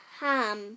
ham